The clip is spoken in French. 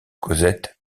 cosette